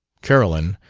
carolyn,